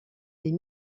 des